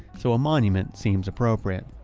so a monument seems appropriate.